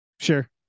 sure